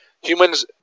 Humans